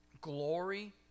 Glory